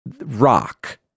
rock